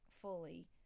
fully